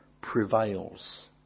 prevails